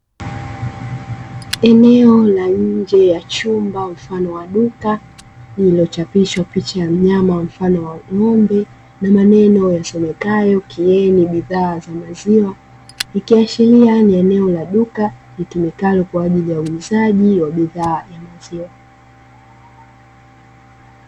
Eneo la nje ya chumba mfano wa duka lililochapishwa picha ya mfano wa mnyama aina ya ng'ombe na maneno yasomekayo "Kieni bidhaa za maziwa", ikiashiria ni eneo la duka litumikalo kwa ajili ya huuzaji wa maziwa.